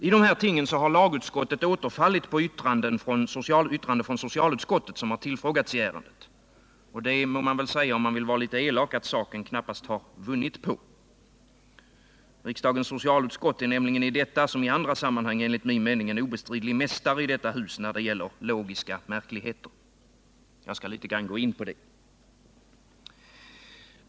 I dessa ting har lagutskottet återfallit på yttrande från socialutskottet, som tillfrågats i ärendet. Om man vill vara litet elak kan man säga att saken knappast har vunnit på det. Riksdagens socialutskott är nämligen i detta som i andra sammanhang den obestridlige mästaren i detta hus när det gäller logiska märkligheter. Jag skall något gå in på det.